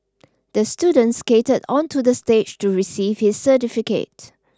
the student skated onto the stage to receive his certificate